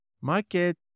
market